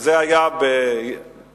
הדיון היה ב-16